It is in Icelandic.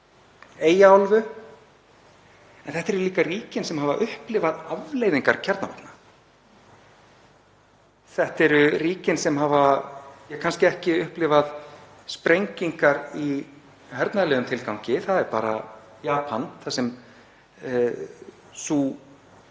Eyjaálfu en þetta eru líka ríkin sem hafa upplifað afleiðingar kjarnavopna, þetta eru ríkin sem hafa kannski ekki upplifað sprengingar í hernaðarlegum tilgangi — það er bara Japan þar sem sá